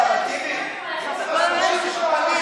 נהפכת לסלב,